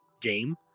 game